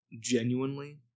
genuinely